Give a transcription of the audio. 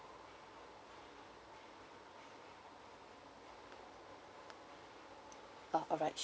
orh alright